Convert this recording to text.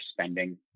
spending